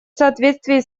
соответствии